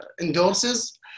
endorses